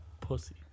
pussy